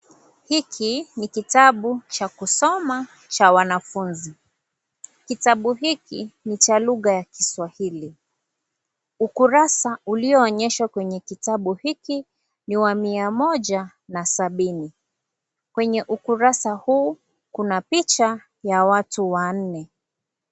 Hiki ni kitabu cha kusoma cha wanafunzi. Kitabu hiki, ni cha lugha ya kiswahili. Ukurasa uliyoonyeshwa kwenye kitabu hiki, ni wa mia moja na sabini. Kwenye ukurasa huu, kuna picha ya watu wanne.